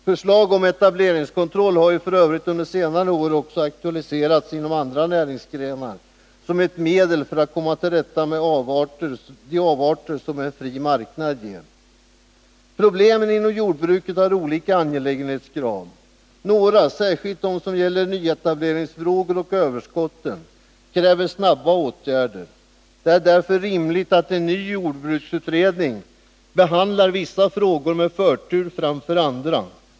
Förslag om etableringskontroll har f. ö. under senare år också aktualiserats inom andra näringsgrenar, som ett medel för att komma till rätta med de avarter som en fri marknad ger. Problemen inom jordbruket har olika angelägenhetsgrad. Några, särskilt de som gäller nyetableringsfrågorna och överskotten, kräver snara åtgärder. Det är därför rimligt att en ny jordbruksutredning behandlar vissa frågor med förtur framför andra.